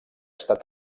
estat